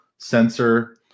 sensor